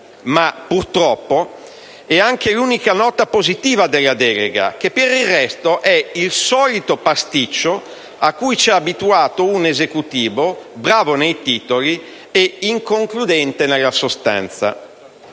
ma, purtroppo, è anche l'unica nota positiva della delega, che per il resto è il solito pasticcio cui ci ha abituati un Esecutivo bravo nei titoli ed inconcludente nella sostanza.